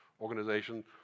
organization